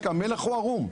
המלך הוא ערום.